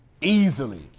Easily